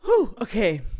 okay